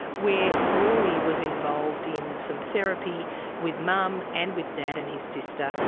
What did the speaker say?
where rory was involved in some therapy with mum and with dad and his sister,